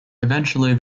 eventually